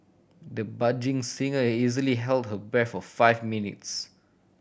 the budding singer easily held her breath for five minutes